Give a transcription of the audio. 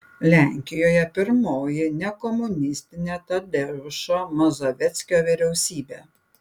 lenkijoje pirmoji nekomunistinė tadeušo mazoveckio vyriausybė